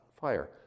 fire